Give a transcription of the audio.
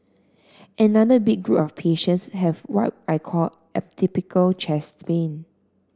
another big group of patients have what I call atypical chest pain